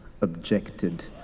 objected